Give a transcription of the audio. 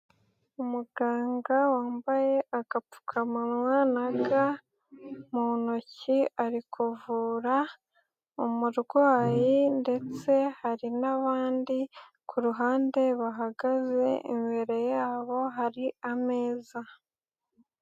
Umuganga wambaye agapfukamunwa na ga mu ntoki, ari kuvura umurwayi ndetse hari n'abandi, ku ruhande bahagaze imbere yabo hari ameza.